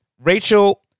Rachel